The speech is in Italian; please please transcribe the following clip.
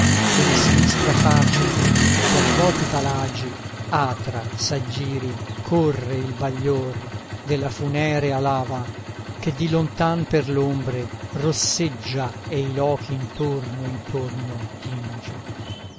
come sinistra face che per vòti palagi atra s'aggiri corre il baglior della funerea lava che di lontan per l'ombre rosseggia e i lochi intorno intorno tinge